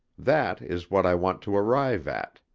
that is what i want to arrive at,